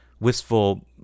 wistful